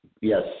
Yes